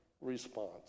response